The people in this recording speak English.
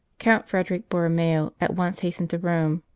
count frederick borromeo at once hastened to rome,